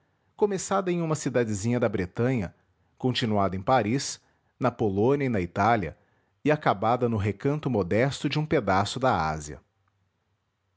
começada em uma cidadezinha da bretanha continuada em paris na polônia e na itália e acabada no recanto modesto de um pedaço da ásia